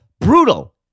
Brutal